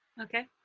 okay